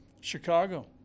Chicago